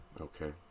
Okay